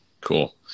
Cool